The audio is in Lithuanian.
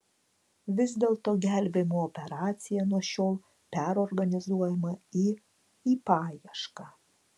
vis dėlto gelbėjimo operacija nuo šiol perorganizuojama į į paiešką